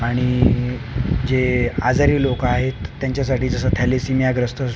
आणि जे आजारी लोकं आहेत त्यांच्यासाठी जसं थॅलीसिमियाग्रस्त